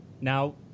Now